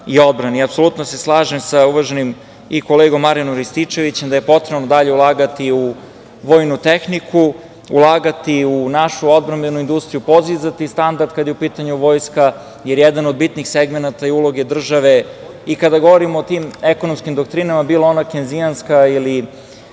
i odbrani. Apsolutno se slažem sa uvaženim i kolegom Marjanom Rističevićem da je potrebno dalje ulagati u vojnu tehniku, ulagati u našu odbrambenu industriju, podizati standard kada je u pitanju vojska, jer jedan od bitnih segmenata i uloga države i kada govorimo o tim ekonomskim doktrinama, bila ona kenzijanska ili